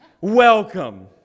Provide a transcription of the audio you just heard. Welcome